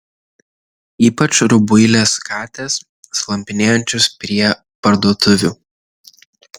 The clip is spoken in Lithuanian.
ypač rubuilės katės slampinėjančios prie parduotuvių